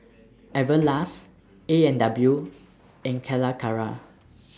Everlast A and W and Calacara